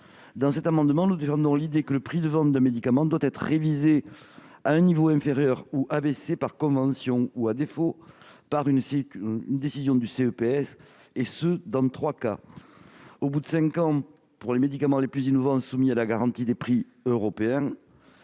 Par cet amendement, nous défendons l'idée que le prix de vente d'un médicament doit être révisé à un niveau inférieur ou abaissé par convention ou, à défaut, par une décision du CEPS dans trois cas : après cinq ans pour les médicaments les plus innovants soumis à la garantie des prix au niveau